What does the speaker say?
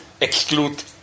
exclude